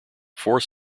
fourth